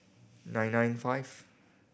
nine nine five